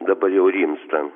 dabar jau rimsta